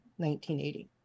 1980